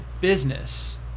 business